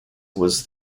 was